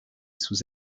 sous